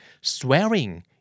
swearing